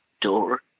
door